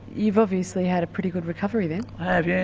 you've obviously had a pretty good recovery then? i have, yeah,